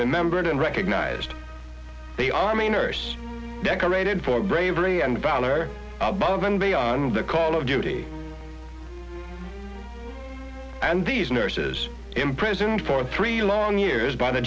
remembered and recognized the army nurse decorated for bravery and valor above and beyond the call of duty and these nurses impress and for three long years by the